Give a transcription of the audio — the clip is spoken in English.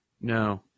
No